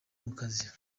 mukazi